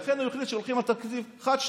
לכן הוא החליט שהולכים על תקציב חד-שנתי.